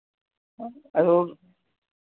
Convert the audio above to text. हाँ वो